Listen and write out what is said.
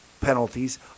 penalties